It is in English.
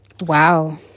wow